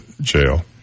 jail